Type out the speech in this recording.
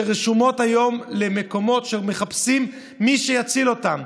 שרשומות היום למקומות, שמחפשות מי שיציל אותן.